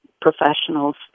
professionals